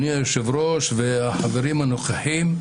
אדוני היושב-ראש והחברים הנוכחים,